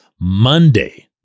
Monday